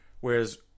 Whereas